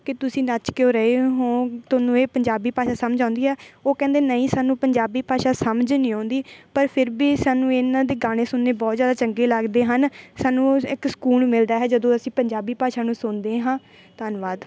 ਕਿ ਤੁਸੀਂ ਨੱਚ ਕਿਉਂ ਰਹੇ ਹੋ ਤੁਹਾਨੂੰ ਇਹ ਪੰਜਾਬੀ ਭਾਸ਼ਾ ਸਮਝ ਆਉਂਦੀ ਹੈ ਉਹ ਕਹਿੰਦੇ ਨਹੀਂ ਸਾਨੂੰ ਪੰਜਾਬੀ ਭਾਸ਼ਾ ਸਮਝ ਨਹੀਂ ਆਉਂਦੀ ਪਰ ਫਿਰ ਵੀ ਸਾਨੂੰ ਇਹਨਾਂ ਦੇ ਗਾਣੇ ਸੁਣਨੇ ਬਹੁਤ ਜ਼ਿਆਦਾ ਚੰਗੇ ਲੱਗਦੇ ਹਨ ਸਾਨੂੰ ਇੱਕ ਸਕੂਨ ਮਿਲਦਾ ਹੈ ਜਦੋਂ ਅਸੀਂ ਪੰਜਾਬੀ ਭਾਸ਼ਾ ਨੂੰ ਸੁਣਦੇ ਹਾਂ ਧੰਨਵਾਦ